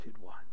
One